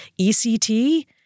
ECT